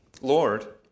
Lord